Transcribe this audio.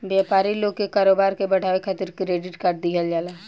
व्यापारी लोग के कारोबार के बढ़ावे खातिर क्रेडिट कार्ड दिहल जाला